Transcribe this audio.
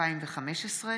אלי כהן,